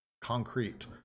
concrete